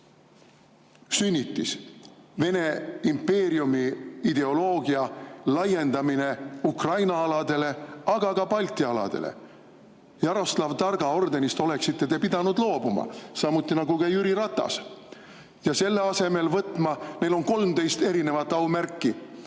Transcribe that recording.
sünnitis, Vene impeeriumi ideoloogia laiendamine Ukraina aladele, aga ka Balti aladele. Jaroslav Targa ordenist oleksite te pidanud loobuma, samuti nagu ka Jüri Ratas. Ja selle asemel võtma … Neil on 13 erinevat aumärki.